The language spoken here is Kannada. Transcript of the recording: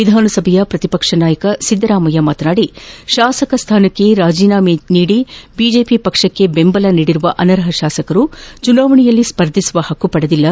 ವಿಧಾನ ಸಭೆಯ ಶ್ರತಿಪಕ್ಷ ನಾಯಕ ಸಿದ್ದರಾಮಯ್ಯ ಮಾತನಾಡಿ ಶಾಸಕ ಸ್ನಾನಕ್ಕೆ ರಾಜೀನಾಮೆ ನೀಡಿ ಬಿಜೆಪಿ ಪಕ್ಷಕ್ಕೆ ದೆಂಬಲ ನೀಡಿರುವ ಅನರ್ಹ ಶಾಸಕರು ಚುನಾವಣೆಯಲ್ಲಿ ಸ್ಪರ್ದಿಸುವ ಪಕ್ಷು ಪಡೆದಿಲ್ಲ